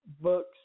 books